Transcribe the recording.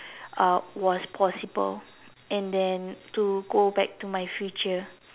uh was possible and then to go back to my future